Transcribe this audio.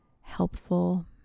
helpful